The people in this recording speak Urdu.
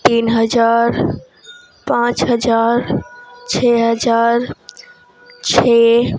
تین ہزار پانچ ہزار چھ ہزار چھ